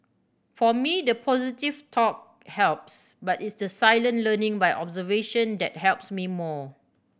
for me the positive talk helps but it's the silent learning by observation that helps me more